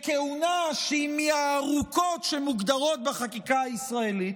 לכהונה שהיא מהארוכות שמוגדרות בחקיקה הישראלית,